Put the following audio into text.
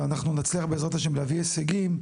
ואנחנו נצליח בעזרת השם להביא הישגים,